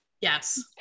Yes